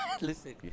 Listen